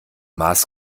mars